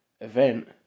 event